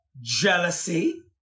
jealousy